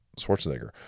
Schwarzenegger